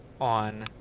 on